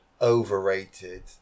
Overrated